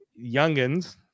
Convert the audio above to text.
youngins